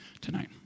tonight